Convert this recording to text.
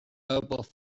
nails